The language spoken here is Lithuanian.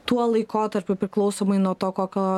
tuo laikotarpiu priklausomai nuo to kokio